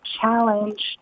challenge